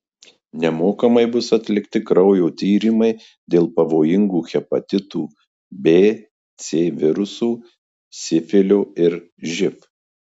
nemokamai bus atlikti kraujo tyrimai dėl pavojingų hepatitų b c virusų sifilio ir živ